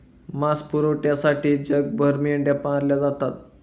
मांस पुरवठ्यासाठी जगभर मेंढ्या मारल्या जातात